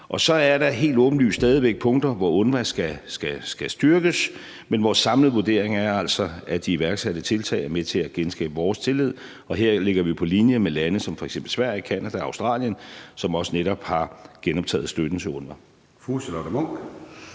Så er der helt åbenlyst stadig væk punkter, hvor UNRWA skal styrkes, men vores samlede vurdering er altså, at de iværksatte tiltag er med til at genskabe vores tillid, og her ligger vi jo på linje med lande som f.eks. Sverige, Canada og Australien, som også netop har genoptaget støtten til UNRWA.